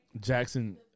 Jackson